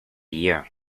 year